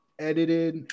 edited